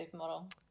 supermodel